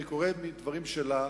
אני קורא מדברים שלה,